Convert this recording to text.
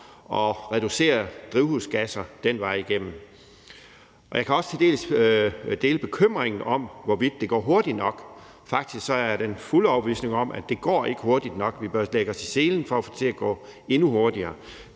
at reducere drivhusgasser. Jeg kan til dels også dele bekymringen om, hvorvidt det går hurtigt nok. Faktisk er jeg fuldt ud overbevist om, at det ikke går hurtigt nok. Vi bør lægge os i selen for at få det til at gå endnu hurtigere.